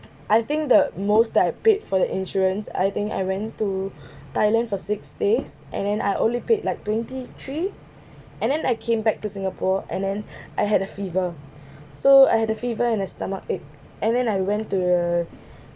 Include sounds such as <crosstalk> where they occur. I think the most that I paid for the insurance I think I went to <breath> thailand for six days and then I only paid like twenty three <breath> and then I came back to singapore and then <breath> I had a fever <breath> so I had a fever and a stomach ache and then I went to